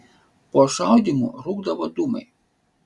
po šaudymų rūkdavo dūmai